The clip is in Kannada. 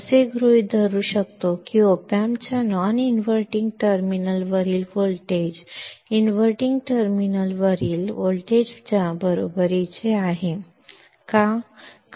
ಹೀಗಾಗಿ ಓಪ್ಯಾಂಪ್ನ ನಾನ್ಇನ್ವರ್ಟಿಂಗ್ ಟರ್ಮಿನಲ್ನಲ್ಲಿನ ವೋಲ್ಟೇಜ್ ಇನ್ವರ್ಟಿಂಗ್ ಟರ್ಮಿನಲ್ನಲ್ಲಿನ ವೋಲ್ಟೇಜ್ಗೆ ಸಮಾನವಾಗಿರುತ್ತದೆ ಎಂದು ನಾವು ವಾಸ್ತವಿಕವಾಗಿ ಊಹಿಸಬಹುದು